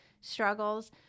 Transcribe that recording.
struggles